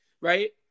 right